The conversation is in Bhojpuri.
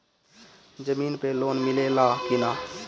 जमीन पे लोन मिले ला की ना?